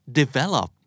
develop